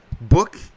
book